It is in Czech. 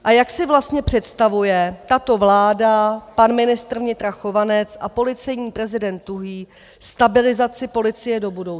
A jak si vlastně představuje tato vláda, pan ministr vnitra Chovanec a policejní prezident Tuhý stabilizaci policie do budoucna?